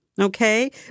okay